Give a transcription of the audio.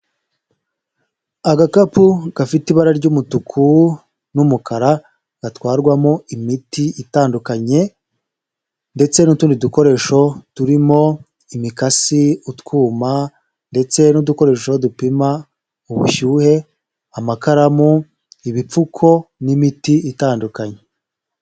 Agakapu gafite ibara ry'umutuku n'umukara, gatwarwamo imiti itandukanye ndetse n'utundi dukoresho turimo imikasi, utwuma ndetse n'udukoresho dupima ubushyuhe, amakaramu, ibipfuko n'imiti itandukanye.